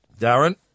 Darren